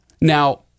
Now